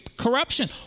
Corruption